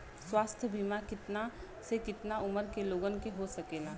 स्वास्थ्य बीमा कितना से कितना उमर के लोगन के हो सकेला?